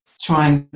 trying